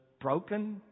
broken